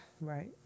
Right